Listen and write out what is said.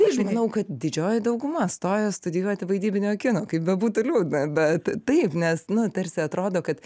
aš manau kad didžioji dauguma stoja studijuoti vaidybinio kino kaip bebūtų liūdna bet taip nes nu tarsi atrodo kad